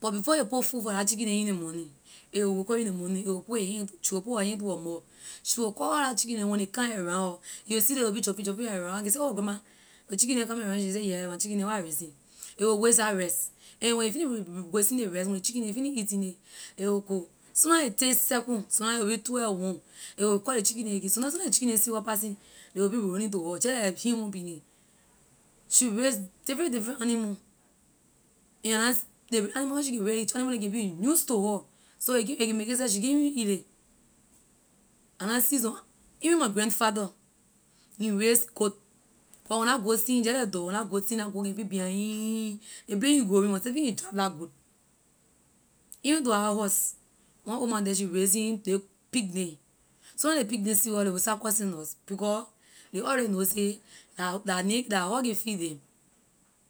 but before ley put food for la chicken neh in ley morning a will wake up in ley morning a will put a hand she will put her hand to her mouth she will call all la chicken neh when ley come around her you will see ley will be jumping jumping around her I can say oh grandma ley chicken neh coming around you she can say yeah la my chicken neh where I raising a will waste la rice and when a finish wasting ley rice when ley chicken neh finish eating it a will go soona a take second sometime a will be twelve one a will call ley chicken neh again sometime soona ley chicken neh see her passing ley will be running to her jeh like human being neh she raise different different animal and I na ley animal where she can raise ley animal neh can be use to her so a can a can make it seh she can’t even eat ley I na see some even my grand father he raise goat but when la goat see him jeh like dog when la goat see him la goat can be behind him ley place he going excepting he drive la goat even to our house one old ma the she raising ley pig neh soona ley pig neh see her ley will start causing because ley already know say la la neh la her can feed neh.